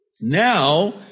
Now